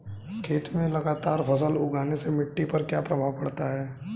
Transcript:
खेत में लगातार फसल उगाने से मिट्टी पर क्या प्रभाव पड़ता है?